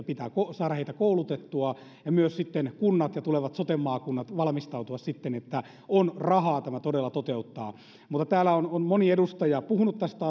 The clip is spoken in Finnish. pitää saada heitä koulutettua ja myös sitten kuntien ja tulevien sote maakuntien pitää valmistautua että on rahaa tämä todella toteuttaa täällä on on moni edustaja puhunut tästä